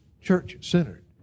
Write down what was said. church-centered